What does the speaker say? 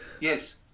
Yes